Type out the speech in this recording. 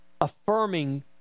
affirming